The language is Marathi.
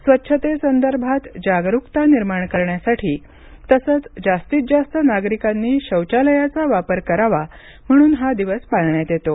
स्वच्छतेसंदर्भात जागरुकता निर्माण करण्यासाठी तसंच जास्तीत जास्त नागरिकांनी शौचालयाचा वापर करावा म्हणून हा दिवस पाळण्यात येतो